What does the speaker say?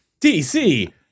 DC